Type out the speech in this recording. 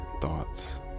thoughts